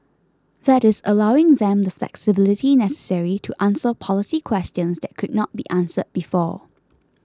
that is allowing them the flexibility necessary to answer policy questions that could not be answered before